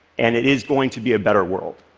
and it is going to be a better world.